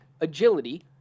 agility